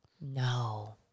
no